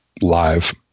live